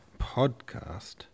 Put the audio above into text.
podcast